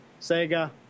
Sega